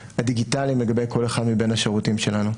הדיגיטליים לגבי כל אחד מבין השירותים שלנו.